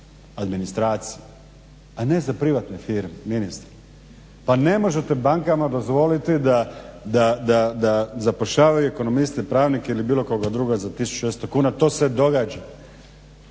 administraciju a ne za privatne firme ministre. Pa ne možete bankama dozvoliti da zapošljavaju ekonomiste, pravnike ili bilo koga drugoga za 1600 kuna. To se događa.